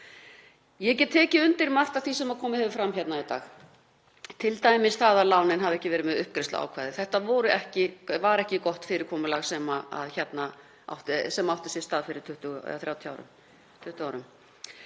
Ég get tekið undir margt af því sem komið hefur fram hérna í dag, t.d. það að lánin hafi ekki verið með uppgreiðsluákvæði. Þetta var ekki gott fyrirkomulag sem átti sér stað fyrir 20 árum.